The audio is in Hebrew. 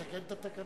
צריך לתקן את התקנון,